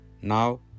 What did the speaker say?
Now